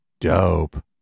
dope